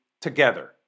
Together